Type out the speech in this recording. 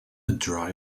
dry